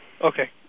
Okay